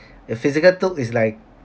the physical took is like